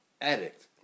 addict